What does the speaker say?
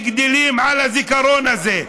וגדלים על הזיכרון הזה.